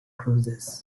cruises